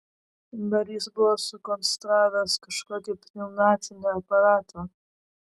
dar jis buvo sukonstravęs kažkokį pneumatinį aparatą